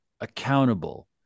accountable